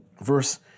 Verse